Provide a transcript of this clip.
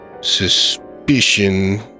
suspicion